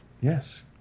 yes